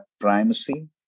primacy